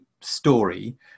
story